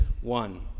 one